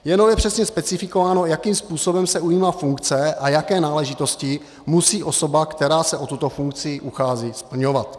Jenom je přesně specifikováno, jakým způsobem se ujímá funkce a jaké náležitosti musí osoba, která se o tuto funkci uchází, splňovat.